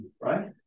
right